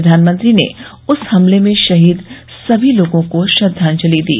प्रधानमंत्री ने उस हमले में शहीद सभी लोगों को श्रद्वांजलि दी